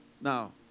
Now